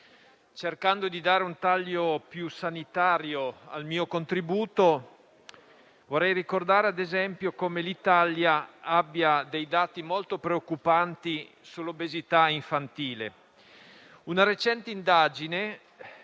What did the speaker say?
cercando di dare un taglio più sanitario al mio contributo, vorrei ricordare come l'Italia abbia dei dati molto preoccupanti sull'obesità infantile. Una recente indagine